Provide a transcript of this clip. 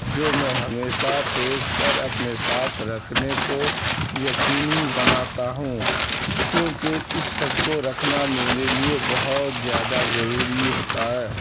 جو میں ہمیشہ ٹریس پر اپنے ساتھ رکھنے کو یقینی بناتا ہوں کیوںکہ اس سب کو رکھنا میرے لیے بہت زیادہ ضروری ہوتا ہے